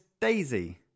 Daisy